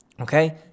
okay